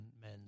men